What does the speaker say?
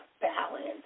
balance